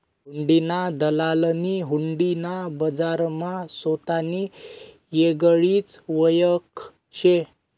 हुंडीना दलालनी हुंडी ना बजारमा सोतानी येगळीच वयख शे